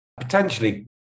Potentially